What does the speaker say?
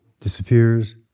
Disappears